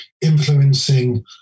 influencing